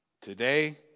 Today